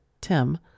Tim